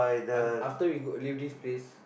af~ after we go leave this place